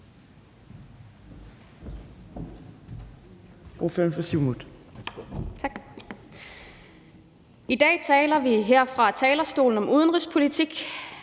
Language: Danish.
I dag taler vi her fra talerstolen om udenrigspolitik,